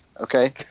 okay